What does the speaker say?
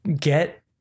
get